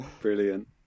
Brilliant